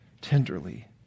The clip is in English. tenderly